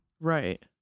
Right